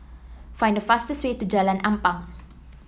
find the fastest way to Jalan Ampang